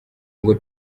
ngo